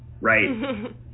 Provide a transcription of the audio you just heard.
right